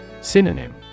Synonym